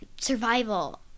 survival